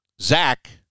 Zach